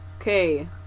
okay